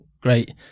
great